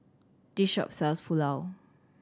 this shop sells Pulao